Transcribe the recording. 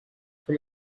from